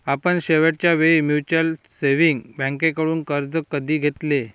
आपण शेवटच्या वेळी म्युच्युअल सेव्हिंग्ज बँकेकडून कर्ज कधी घेतले?